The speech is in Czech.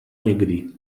někdy